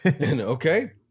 Okay